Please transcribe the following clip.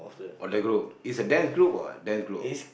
or the group it's a dance group or what dance group